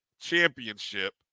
Championship